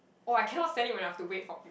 oh I cannot stand it when I have to wait for